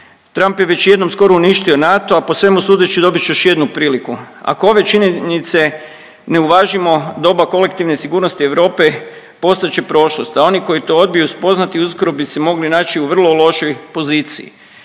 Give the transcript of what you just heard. Trump je već jednom skoro uništio NATO, a po svemu sudeći dobit će još jednu priliku. Ako ove činjenice ne uvažimo doba kolektivne sigurnosti Europe postat će prošlost, a oni koji to odbiju spoznati uskoro bi se mogli naći u vrlo lošoj poziciji.